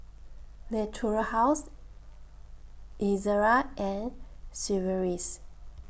Natura House Ezerra and Sigvaris